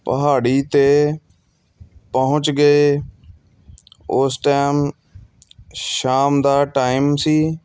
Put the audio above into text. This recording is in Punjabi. ਪਹਾੜੀ 'ਤੇ ਪਹੁੰਚ ਗਏ ਉਸ ਟੈਮ ਸ਼ਾਮ ਦਾ ਟਾਇਮ ਸੀ